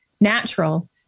natural